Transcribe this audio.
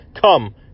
come